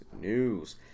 news